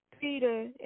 Peter